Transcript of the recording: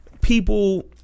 People